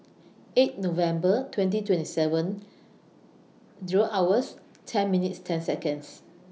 eight November twenty twenty seven Zero hours ten minutes ten Seconds